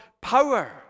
power